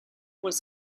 was